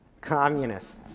communists